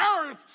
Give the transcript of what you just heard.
earth